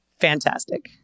Fantastic